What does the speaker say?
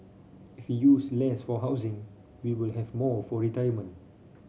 if use less for housing we will have more for retirement